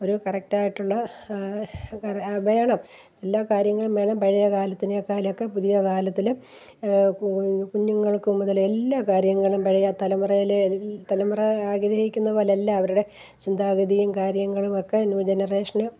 ഒരു കറക്റ്റായിട്ടുള്ള കര വേണം എല്ലാ കാര്യങ്ങളും വേണം പഴയ കാലത്തിനേക്കാളൊക്കെ പുതിയ കാലത്തില് കു കുഞ്ഞുങ്ങൾക്ക് മുതല് എല്ലാ കാര്യങ്ങളും പഴയ തലമുറയിലെ തലമുറ ആഗ്രഹിക്കുന്ന പോലല്ല അവരുടെ ചിന്താഗതിയും കാര്യങ്ങളും ഒക്കെ ന്യൂ ജനറേഷന്